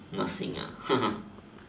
nursing ah